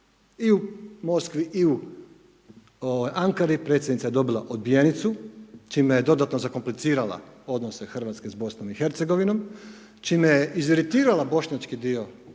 i u Moskvi i u Ankari predsjednica je dobila odbijenicu čime je dodatno zakomplicirala odnose Hrvatske s BiH čime je iz iritirala bošnjački dio političke